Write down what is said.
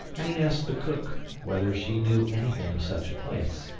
and he asked the cook whether she knew anything of such a place,